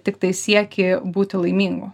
tiktai siekį būti laimingu